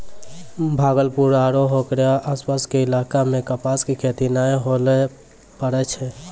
भागलपुर आरो हेकरो आसपास के इलाका मॅ कपास के खेती नाय होय ल पारै छै